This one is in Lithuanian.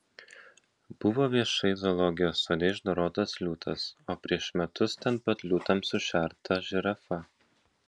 buvo viešai zoologijos sode išdorotas liūtas o prieš metus ten pat liūtams sušerta žirafa